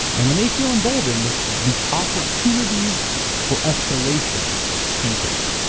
and when they feel emboldened, the opportunities for escalation increase.